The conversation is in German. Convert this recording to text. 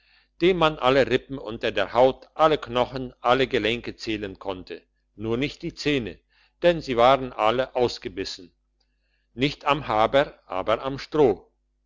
dem man alle rippen unter der haut alle knochen alle gelenke zählen konnte nur nicht die zähne denn sie waren alle ausgebissen nicht am haber aber am stroh